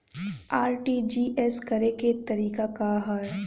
RTGS करे के तरीका का हैं?